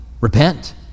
repent